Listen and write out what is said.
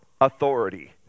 authority